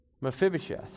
Mephibosheth